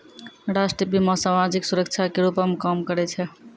राष्ट्रीय बीमा, समाजिक सुरक्षा के रूपो मे काम करै छै